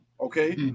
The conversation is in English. Okay